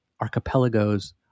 Archipelagos